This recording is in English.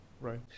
right